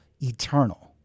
eternal